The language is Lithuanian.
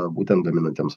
būtent gaminantiems